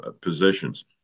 positions